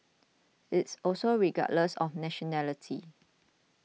it's also regardless of nationality